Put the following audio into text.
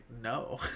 no